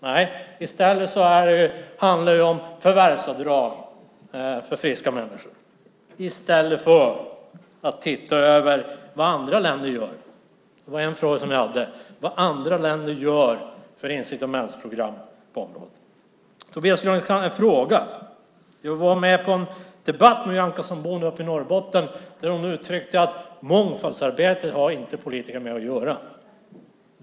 Nej, det handlar om förvärvsavdrag för friska människor i stället för att man tittar på vad andra länder gör. En fråga handlade om vilka incitamentsprogram som andra länder gör på området. Jag har en fråga till Tobias Krantz. Jag var med på en debatt med Nyamko Sabuni uppe i Norrbotten. Hon uttryckte då att politiker inte har med mångfaldsarbetet att göra.